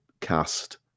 cast